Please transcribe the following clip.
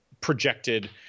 projected